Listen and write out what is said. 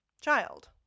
child